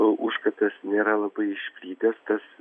užkratas nėra labai išplitęs kas